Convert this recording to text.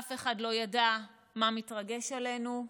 אף אחד לא ידע מה מתרגש עלינו,